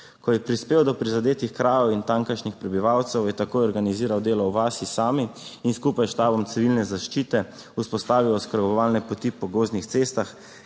Ko je prispel do prizadetih krajev in tamkajšnjih prebivalcev, je takoj organiziral delo v vasi sami in skupaj s štabom civilne zaščite vzpostavil oskrbovalne poti po gozdnih cestah,